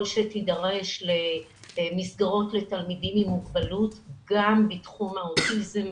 שתידרש למסגרות לתלמידים עם מוגבלות גם בתחום האוטיזם.